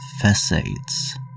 facades